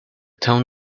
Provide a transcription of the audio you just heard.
town